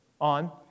on